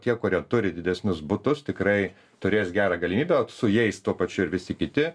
tie kurie turi didesnius butus tikrai turės gerą galimybę su jais tuo pačiu ir visi kiti